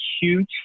huge